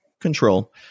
control